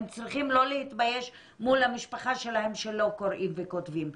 הם צריכים לא להתבייש מול המשפחה שלהם שלא קוראים וכותבים,